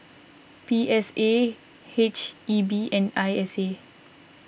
P S A H E B and I S A